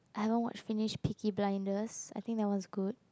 I haven't watch finish Peaky Blinders I think that one's good